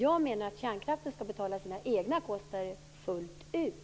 Jag menar att kärnkraften skall betala sina egna kostnader fullt ut.